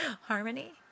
harmony